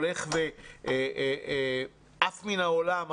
הולך ועף מן העולם.